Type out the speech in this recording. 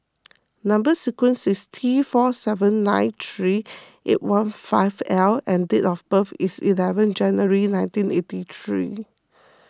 Number Sequence is T four seven nine three eight one five L and date of birth is eleventh January nineteen eighty three